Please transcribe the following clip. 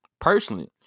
personally